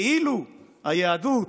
כאילו, היהדות,